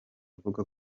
avuga